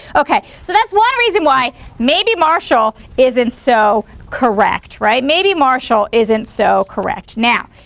okay? so that's one reason why maybe marshall isn't so correct, right? maybe marshall isn't so correct. now,